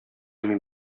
мин